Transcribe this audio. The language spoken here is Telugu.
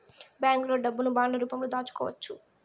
బ్యాంకులో డబ్బును బాండ్ల రూపంలో దాచుకోవచ్చు